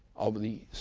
of the